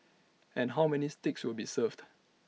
and how many steaks will be served